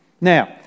Now